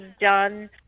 done